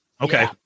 Okay